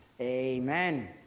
Amen